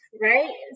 right